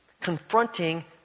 confronting